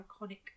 iconic